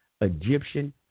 Egyptian